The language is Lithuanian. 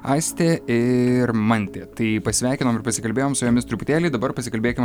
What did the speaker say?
aistė irmantė tai pasveikinom ir pasikalbėjom su jumis truputėlį dabar pasikalbėkim